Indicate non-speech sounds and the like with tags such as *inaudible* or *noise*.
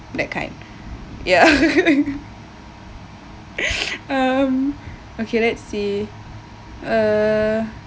that kind ya *laughs* um okay let's see uh